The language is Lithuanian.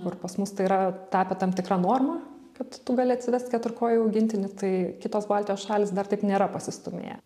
kur pas mus tai yra tapę tam tikra norma kad tu gali atsivest keturkojį augintinį tai kitos baltijos šalys dar taip nėra pasistūmėję